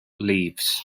leaves